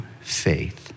faith